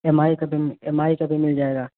M I کا بھی M I کا بھی مل جائے گا